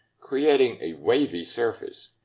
creating a wavy surface.